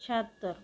शहात्तर